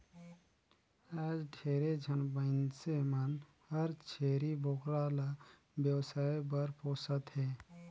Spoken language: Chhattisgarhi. आयज ढेरे झन मइनसे मन हर छेरी बोकरा ल बेवसाय बर पोसत हें